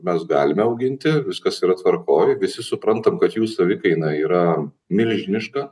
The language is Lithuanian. mes galime auginti viskas yra tvarkoj visi suprantam kad jų savikaina yra milžiniška